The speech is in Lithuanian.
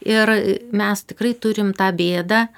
ir mes tikrai turim tą bėdą